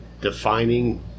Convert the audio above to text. Defining